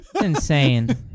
Insane